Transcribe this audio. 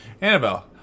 Annabelle